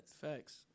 Facts